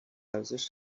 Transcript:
ارزش